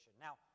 Now